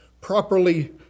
properly